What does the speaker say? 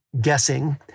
guessing